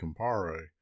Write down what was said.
Campari